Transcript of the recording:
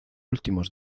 últimos